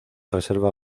reserva